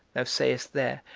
thou sayest there,